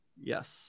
Yes